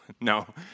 no